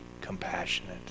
compassionate